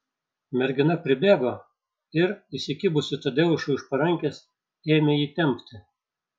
mergina pribėgo ir įsikibusi tadeušui už parankės ėmė jį tempti